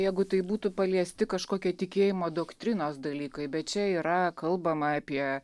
jeigu tai būtų paliesti kažkokie tikėjimo doktrinos dalykai bet čia yra kalbama apie